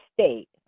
state